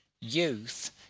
youth